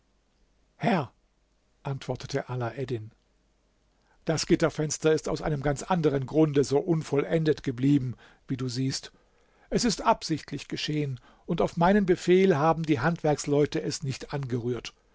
herr antwortete alaeddin das gitterfenster ist aus einem ganz anderen grunde so unvollendet geblieben wie du siehst es ist absichtlich geschehen und auf meinen befehl haben die handwerksleute es nicht angerührt